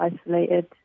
isolated